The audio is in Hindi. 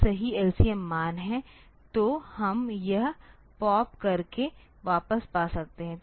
तो यह सही LCM मान है तो हम यह POP करके वापस पा सकते है